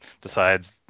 Decides